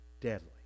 deadly